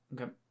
Okay